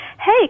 hey